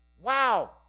Wow